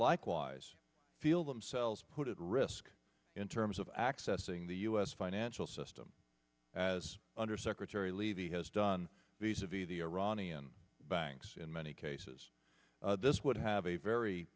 likewise feel themselves put at risk in terms of accessing the u s financial system as under secretary levy has done these heavy the iranian banks in many cases this would have a very